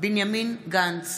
בנימין גנץ,